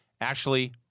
Ashley